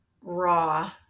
raw